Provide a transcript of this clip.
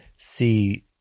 see